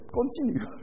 Continue